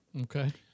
Okay